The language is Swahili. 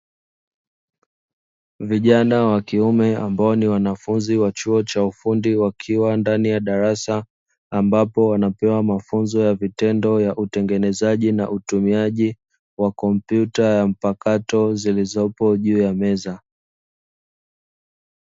Vijana wa kiume ambao ni wanafunzi wa chuo cha ufundi wakiwa ndani ya darasa ambapo wanapewa mafunzo ya vitendo ya utengenezaji na utumiaji wa kompyuta ya mpakato zilizopo juu ya meza.